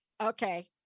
Okay